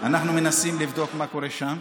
אנחנו מנסים לבדוק מה קורה שם.